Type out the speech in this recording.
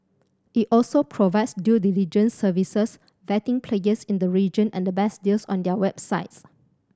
it also provides due diligence services vetting players in the region and the best deals on their websites